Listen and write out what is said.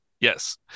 Yes